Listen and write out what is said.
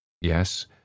yes